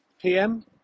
PM